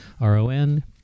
R-O-N